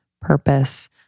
purpose